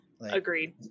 Agreed